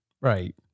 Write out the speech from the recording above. right